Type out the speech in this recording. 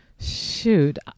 Shoot